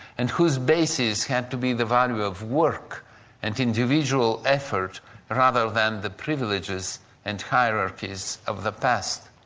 and whose basis had to be the value of work and individual effort rather than the privileges and hierarchies of the past.